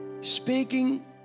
Speaking